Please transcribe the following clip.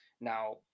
Now